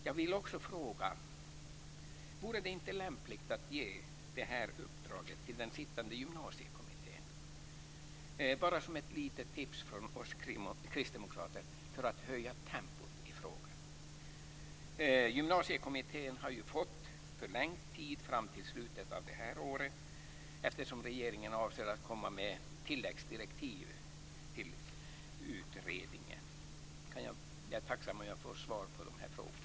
Jag vill också fråga: Vore det inte lämpligt att ge det här uppdraget till den sittande gymnasiekommittén - bara som ett litet tips från oss kristdemokrater - för att höja tempot i frågan? Gymnasiekommittén har ju fått förlängd tid, fram till slutet av det här året, eftersom regeringen avser att komma med tilläggsdirektiv till utredningen. Jag är tacksam om jag får svar på de här frågorna.